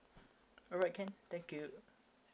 alright can thank you